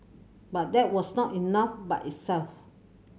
but that was not enough by itself